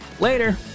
later